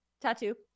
tattoo